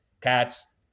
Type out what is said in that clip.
Cats